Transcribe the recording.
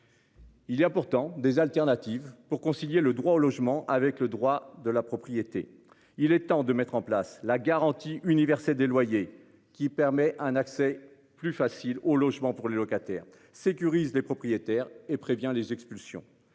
Il y a pourtant des alternatives pour concilier le droit au logement avec le droit de la propriété. Il est temps de mettre en place la garantie universelle des loyers qui permet un accès plus facile aux logements pour les locataires sécurise les propriétaires et prévient les expulsions,